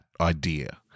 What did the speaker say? idea